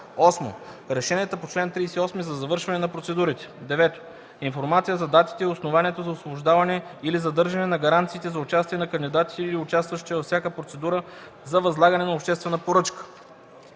8. решенията по чл. 38 за завършване на процедурите; 9. информация за датите и основанието за освобождаване или задържане на гаранциите за участие на кандидатите или участниците във всяка процедура за възлагане на обществена поръчка;